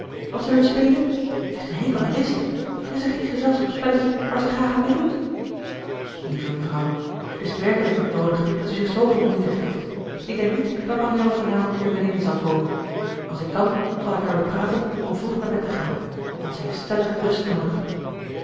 wat zullen we spelen ze heeft een hekel aan whist maar is er geen gezelschapsspelletje waar ze graag aan meedoet lieve mevrouw het is werkelijk niet noodig dat u zich zooveel moeite geeft ik denk niet dat marianne vanavond weer beneden zal komen als ik kan zal ik haar bepraten om vroeg naar bed te gaan want zij heeft stellig rust noodig